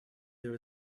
there